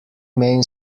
main